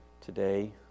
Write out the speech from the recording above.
today